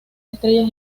estrellas